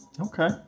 Okay